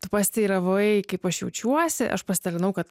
tu pasiteiravai kaip aš jaučiuosi aš pasidalinau kad